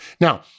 Now